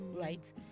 right